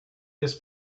this